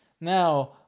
now